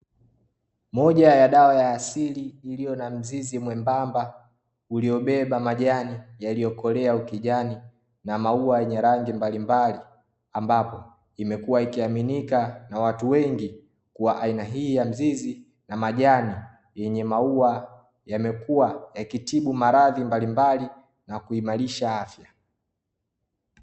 Moja ya dawa ya asili ilio na mzizi mwembamba, uliobeba majani yaliyokolea ukijani na maua yenye rangi mbalimbali, ambapo imekua ikiaminika na watu wengi kuwa aina hii ya mzizi na majani yenye maua yamekuwa ya kitibu maradhi mbalimbali na kuimarisha afya.